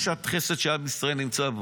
יש שעת חסד שעם ישראל נמצא בו,